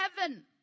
heaven